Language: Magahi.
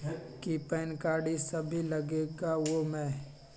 कि पैन कार्ड इ सब भी लगेगा वो में?